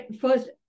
First